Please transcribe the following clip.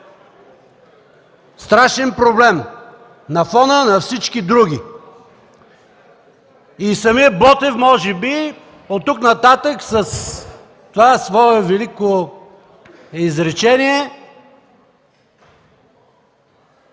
страшен проблем на фона на всички други. Самият Ботев, може би, от тук нататък с това свое велико изречение